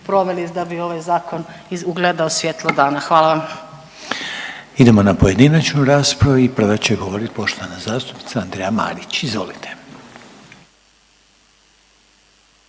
proveli da bi ovaj zakon ugledao svjetlo dana, hvala vam. **Reiner, Željko (HDZ)** Idemo na pojedinačnu raspravu i prva će govorit poštovana zastupnica Andreja Marić, izvolite.